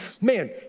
Man